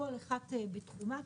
כל אחת בתחומה.